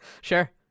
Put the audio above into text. Sure